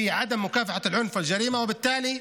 באי-מאבק באלימות ובפשיעה.